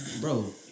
bro